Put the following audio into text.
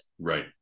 Right